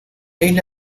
isla